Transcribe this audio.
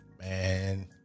Man